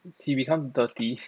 he become dirty